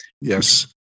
Yes